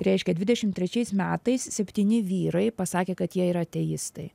reiškia dvidešim trečiais metais septyni vyrai pasakė kad jie yra ateistai